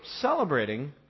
celebrating